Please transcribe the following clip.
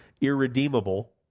irredeemable